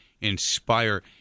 inspire